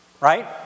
Right